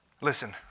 Listen